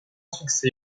succès